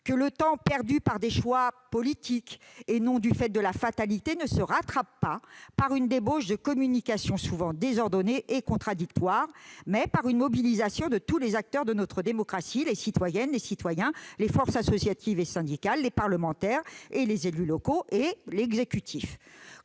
tout. Le temps perdu par des choix politiques et non pas par la fatalité ne se rattrape pas par une débauche de communication souvent désordonnée et contradictoire, mais par une mobilisation de tous les acteurs de notre démocratie : les citoyennes et citoyens, les forces associatives et syndicales, les parlementaires, les élus locaux et l'exécutif.